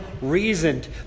reasoned